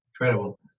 Incredible